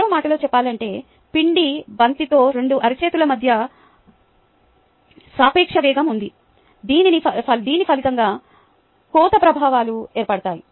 మరో మాటలో చెప్పాలంటే పిండి బంతితో రెండు అరచేతుల మధ్య సాపేక్ష వేగం ఉంది దీని ఫలితంగా కోత ప్రభావాలు ఏర్పడ్డాయి